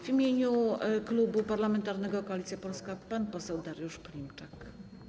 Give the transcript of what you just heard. W imieniu Klubu Parlamentarnego Koalicja Polska pan poseł Dariusz Klimczak.